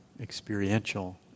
experiential